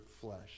flesh